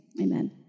amen